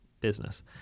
business